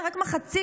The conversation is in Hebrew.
רק מחצית,